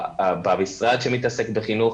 במשרד שמתעסק בחינוך,